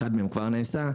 ואחד מהם כבר נעשה,